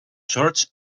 shorts